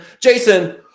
Jason